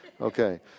Okay